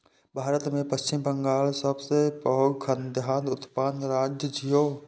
भारत मे पश्चिम बंगाल सबसं पैघ खाद्यान्न उत्पादक राज्य छियै